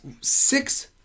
six